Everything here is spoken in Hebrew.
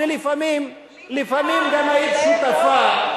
ולפעמים גם היית שותפה,